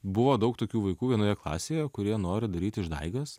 buvo daug tokių vaikų vienoje klasėje kurie nori daryti išdaigas